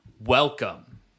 Welcome